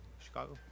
Chicago